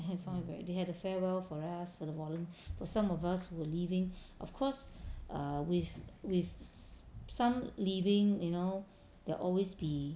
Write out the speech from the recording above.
they had a farewell for us for the volun~ for some of us who were leaving of course err with with some leaving you know there will always be